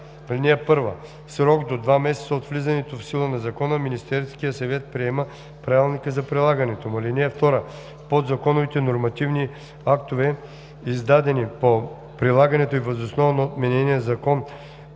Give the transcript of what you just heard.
(1) В срок до 2 месеца от влизането в сила на закона Министерски съвет приема правилника за прилагането му. (2) Подзаконовите нормативни актове, издадени по прилагането и въз основа на отменения Закон